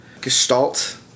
Gestalt